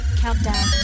countdown